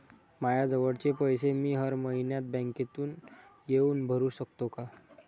मायाजवळचे पैसे मी हर मइन्यात बँकेत येऊन भरू सकतो का?